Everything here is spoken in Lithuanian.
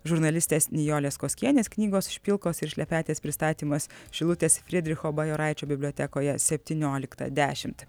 žurnalistės nijolės koskienės knygos špilkos ir šlepetės pristatymas šilutės fridricho bajoraičio bibliotekoje septynioliktą dešim